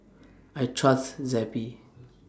I Trust Zappy